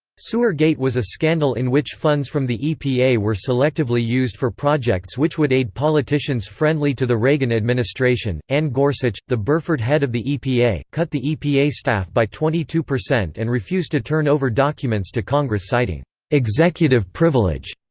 sewergate was a scandal in which funds from the epa were selectively used for projects which would aid politicians friendly to the reagan administration anne gorsuch, the burford head of the epa, cut the epa staff by twenty two percent and refused to turn over documents to congress citing executive privilege,